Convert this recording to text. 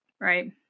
right